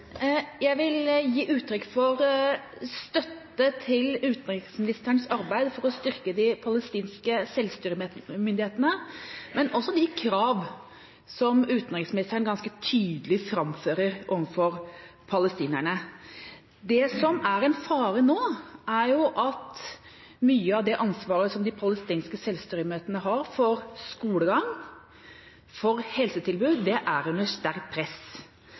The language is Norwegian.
Jeg vil gi uttrykk for støtte til utenriksministerens arbeid for å styrke de palestinske selvstyremyndighetene, men også til de krav som utenriksministeren ganske tydelig framfører overfor palestinerne. Det som er en fare nå, er at mye av det ansvaret som de palestinske selvstyremyndighetene har for skolegang og for helsetilbud, er under sterkt press.